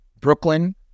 Brooklyn